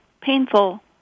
painful